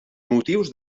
motius